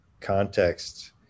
context